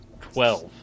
twelve